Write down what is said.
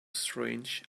strange